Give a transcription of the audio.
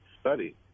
study